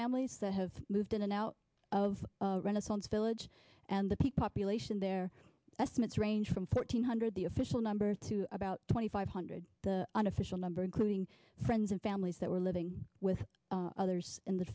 families that have moved in and out of renaissance village and the peak population their estimates range from four hundred the official number to about twenty five hundred the unofficial number including friends and families that were living with others in the